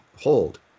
hold